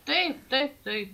taip taip taip